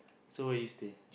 so where you stay